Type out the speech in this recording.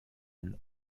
and